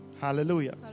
Hallelujah